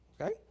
Okay